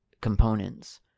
components